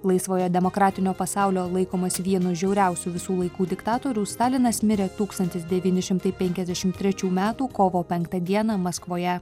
laisvojo demokratinio pasaulio laikomas vienu žiauriausių visų laikų diktatorių stalinas mirė tūkstantis devyni šimtai penkiasdešimt trečių metų kovo penktą dieną maskvoje